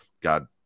god